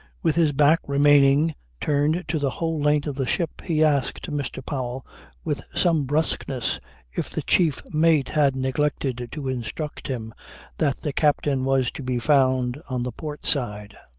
with his back remaining turned to the whole length of the ship he asked mr. powell with some brusqueness if the chief mate had neglected to instruct him that the captain was to be found on the port side.